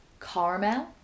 caramel